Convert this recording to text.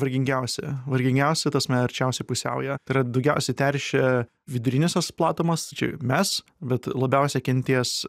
vargingiausi vargingiausi tas arčiausiai pusiaujo tai yra daugiausiai teršia viduriniosios platumos čia mes bet labiausiai kentės